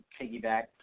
piggyback